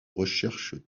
recherches